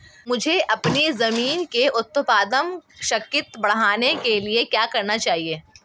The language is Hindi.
मुझे अपनी ज़मीन की उत्पादन शक्ति बढ़ाने के लिए क्या करना होगा?